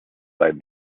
sighed